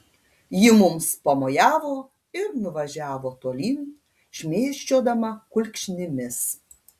ji mums pamojavo ir nuvažiavo tolyn šmėsčiodama kulkšnimis